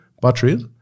batteries